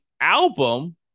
album